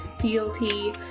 fealty